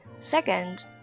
Second